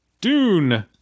Dune